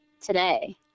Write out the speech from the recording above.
today